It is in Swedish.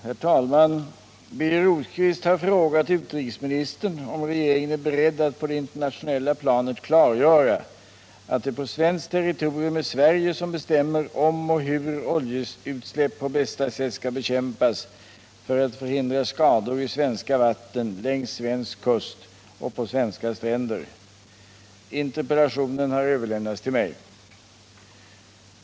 Herr talman! Birger Rosqvist har frågat utrikesministern om regeringen är beredd att på det internationella planet klargöra att det på svenskt territorium är Sverige som bestämmer om och hur oljeutsläpp på bästa sätt skall bekämpas för att förhindra skador i svenska vatten, längs svensk kust och på svenska stränder. Interpellationen har överlämnats till mig.